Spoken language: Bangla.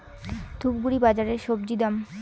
ধূপগুড়ি বাজারের স্বজি দাম?